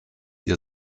ihr